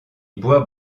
boit